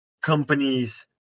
companies